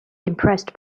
impressed